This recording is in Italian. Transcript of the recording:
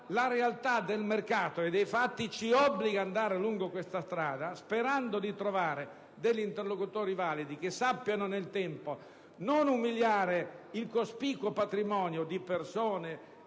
la realtà del mercato e dei fatti che ci obbliga a procedere lungo questa strada, sperando di trovare degli interlocutori validi, che sappiano, nel tempo, non umiliare il cospicuo patrimonio di persone